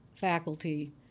faculty